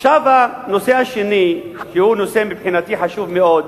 עכשיו הנושא השני, שהוא מבחינתי נושא חשוב מאוד,